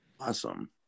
Awesome